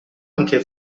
anche